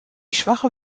schwache